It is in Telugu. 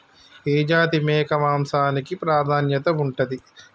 ఏ జాతి మేక మాంసానికి ప్రాధాన్యత ఉంటది?